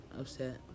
upset